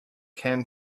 can